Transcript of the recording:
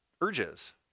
urges